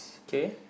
K